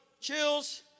chills